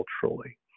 culturally